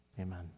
Amen